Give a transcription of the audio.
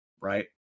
right